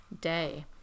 day